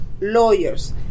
lawyers